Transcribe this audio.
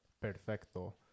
Perfecto